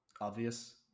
obvious